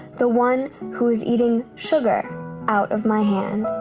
the one who is eating sugar out of my hand,